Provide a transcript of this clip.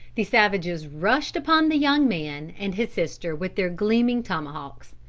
the savages rushed upon the young man and his sister with their gleaming tomahawks.